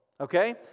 Okay